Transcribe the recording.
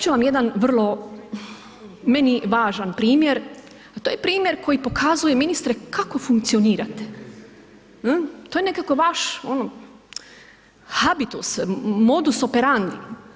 ću vam jedan vrlo, meni važan primjer a to je primjer koji pokazuje ministre kako funkcionirate, to je nekako vaš, ono habitus, modus operandi.